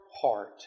heart